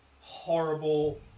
horrible